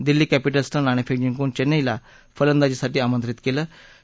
दिल्ली कॅपिटल्सनं नाणेफेक जिंकून चेन्नईला फंलदाजी साठी आमंत्रित केलं होतं